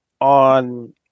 on